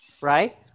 right